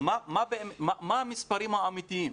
מה המספרים האמיתיים?